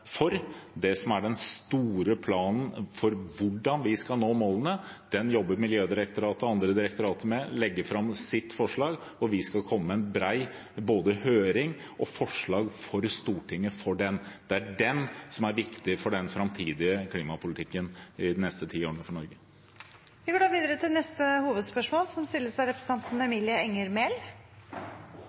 Den store planen for hvordan vi skal nå målene, jobber Miljødirektoratet og andre direktorater med. De legger fram sitt forslag, og vi skal komme både med en bred høring og med forslag til den til Stortinget. Det er den som er viktig for den framtidige klimapolitikken for Norge de neste ti årene. Vi går videre til neste hovedspørsmål. Jeg kommer fra ulvesonen, og regjeringen behandler oss nærmest som